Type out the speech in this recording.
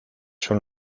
son